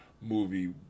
movie